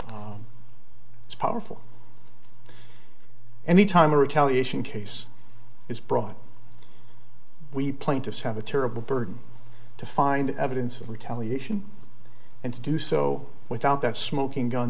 is powerful any time a retaliation case is brought we plaintiffs have a terrible burden to find evidence of retaliation and to do so without that smoking gun